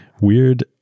weird